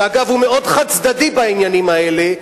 שאגב הוא מאוד חד-צדדי בעניינים האלה,